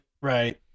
Right